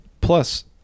Plus